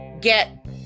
get